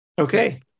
Okay